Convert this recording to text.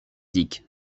dick